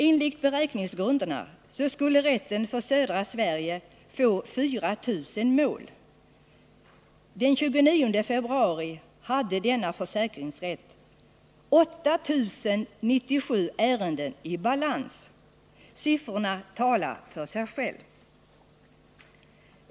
Enligt beräkningsgrunderna skulle försäkringsrätten för södra Sverige få 4 000 mål. Den 29 februari i år hade denna försäkringsrätt 8 097 ärenden i balans. Siffrorna talar för sig själva.